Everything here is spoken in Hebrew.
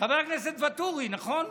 חבר הכנסת ואטורי, נכון?